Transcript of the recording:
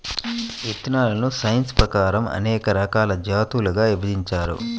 విత్తనాలను సైన్స్ ప్రకారం అనేక రకాల జాతులుగా విభజించారు